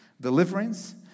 deliverance